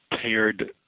paired